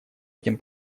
этим